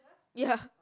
ya